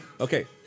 Okay